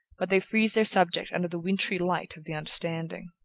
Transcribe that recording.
but they freeze their subject under the wintry light of the understanding.